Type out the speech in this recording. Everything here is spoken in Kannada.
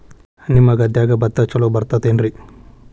ನಿಮ್ಮ ಗದ್ಯಾಗ ಭತ್ತ ಛಲೋ ಬರ್ತೇತೇನ್ರಿ?